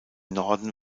norden